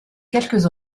quelques